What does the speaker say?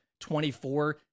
24